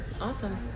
Awesome